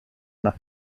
nach